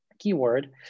Keyword